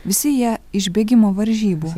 visi jie iš bėgimo varžybų